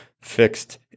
fixed